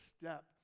step